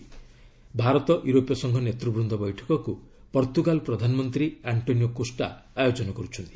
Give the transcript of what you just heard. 'ଭାରତ ୟୁରୋପୀୟ ସଂଘ ନେତ୍ୱବୃନ୍ଦ ବୈଠକ'କୁ ପର୍ତ୍ତୁଗାଲ ପ୍ରଧାନମନ୍ତ୍ରୀ ଆଙ୍କୋନିଓ କୋଷ୍ଟା ଆୟୋଜନ କରୁଛନ୍ତି